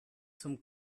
zum